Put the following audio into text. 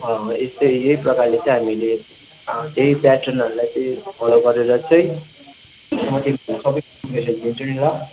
यस्तो यही प्रकारले चाहिँ हामीले त्यही प्याटर्नहरूलाई त फलो गरेर चाहिँ म तिमीहरूलाई सब इन्फर्मेसन दिन्छु नि ल